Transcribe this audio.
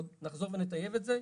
עוד נחזור ונטייב את זה,